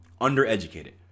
Undereducated